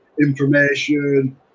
information